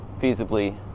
feasibly